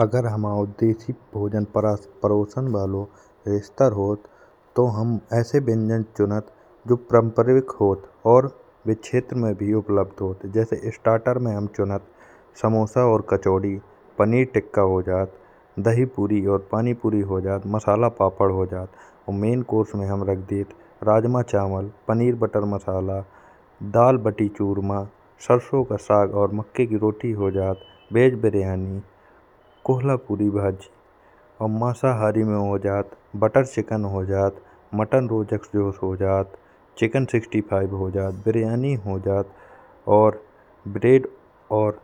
अगर हमाओ देसी भोजन परोसन बालो रेस्टो होत। तो हम ऐसे व्यंजन चुनत जो परम्परिक होत और क्षेत्र पर भी उपलब्ध होत। जैसे स्टार्टर में हम चुनत समोसा और कचौड़ी पनीर टिक्का हो जात। दही पुरी और मसाला पुरी हो जात मसाला पापड़ हो जात। और मेन कोर्स में हम रख देत राजमा चावल, पनीर बटर मसाला, दही बाटी चूरमा, सरसों का साग और मक्के की रोटी हो जात। वेज बिरयानी और कोल्हापु। री भाजी और मसाहारी में हो जात बटर चिकन हो जात। मटन रोजाक जोश हो जात, चिकन पैसठ हो जात, बिरयानी हो जात, और ब्रीड्स और